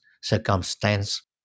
circumstance